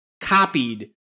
copied